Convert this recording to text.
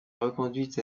reconduite